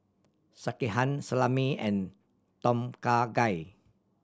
Sekihan Salami and Tom Kha Gai